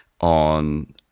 on